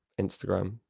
Instagram